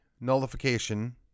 nullification